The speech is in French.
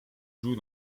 joue